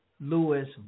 Lewis